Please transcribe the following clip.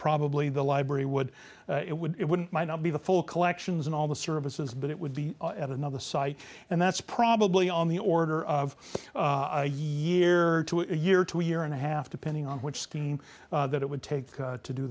probably the library would it would it wouldn't might not be the full collections and all the services but it would be at another site and that's probably on the order of a year to a year to year and a half depending on which scheme that it would take to do